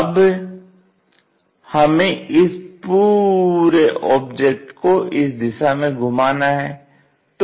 अब हमें इस पूरे आब्जेक्ट को इस दिशा में घुमाना है